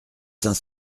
saint